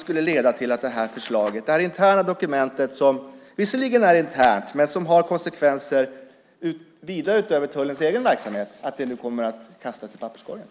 Kommer det interna dokumentet, som visserligen är internt men som har konsekvenser för Tullens egen verksamhet, att kastas i papperskorgen?